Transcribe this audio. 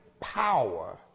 power